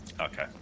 Okay